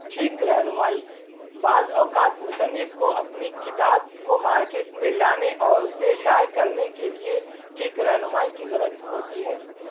ٹھیک رہنمائی بعض اوقات مصنف کو اپنی کتاب کو مارکیٹ میں لانے اور اسے شائع کرنے کے لیے ٹھیک رہنمائی کی ضرورت ہوتی ہے